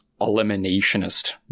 eliminationist